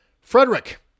Frederick